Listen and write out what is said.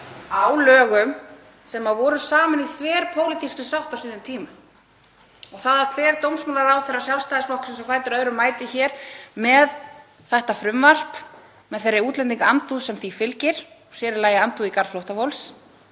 á lögum sem voru samin í þverpólitískri sátt á sínum tíma. Það að hver dómsmálaráðherra Sjálfstæðisflokksins á fætur öðrum mæti hér með þetta frumvarp, með þeirri útlendingaandúð sem því fylgir, og sér í lagi andúð í garð flóttafólks,